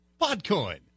PodCoin